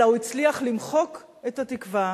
אלא הוא הצליח למחוק את התקווה